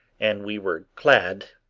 and we were glad,